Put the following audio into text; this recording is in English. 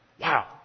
Wow